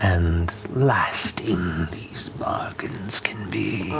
and lasting these bargains can be.